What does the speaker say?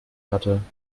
hatten